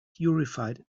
purified